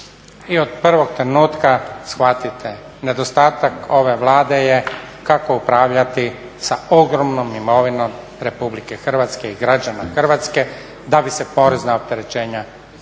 I od prvog trenutka shvatite nedostatak ove Vlade je kako upravljati sa ogromnom imovinom RH i građana Hrvatske da bi se porezna opterećenja što manja